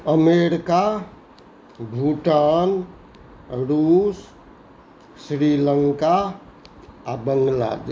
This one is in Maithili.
अमेरिका भूटान रूस श्रीलङ्का आओर बाङ्गलादेश